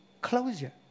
Closure